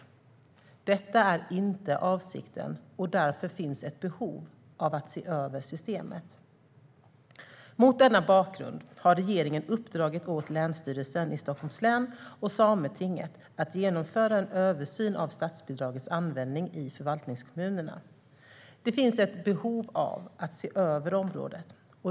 Detta är inte avsikten och därför finns ett behov av att se över systemet. Mot denna bakgrund har regeringen uppdragit åt Länsstyrelsen i Stockholms län och Sametinget att genomföra en översyn av statsbidragets användning i förvaltningskommunerna. Det finns ett behov av att se över området.